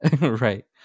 right